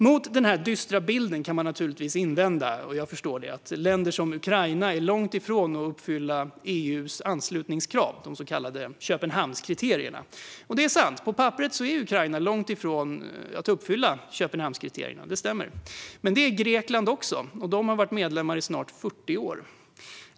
Mot den här dystra bilden kan man naturligtvis invända att länder som Ukraina är långt ifrån att uppfylla EU:s anslutningskrav, de så kallade Köpenhamnskriterierna, och det är sant. På papperet är Ukraina långt ifrån att uppfylla Köpenhamnskriterierna, det stämmer. Men det är Grekland också, och det landet har varit medlemmar i snart 40 år.